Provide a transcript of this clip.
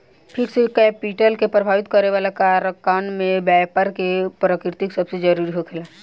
fixed capital के प्रभावित करे वाला कारकन में बैपार के प्रकृति सबसे जरूरी होखेला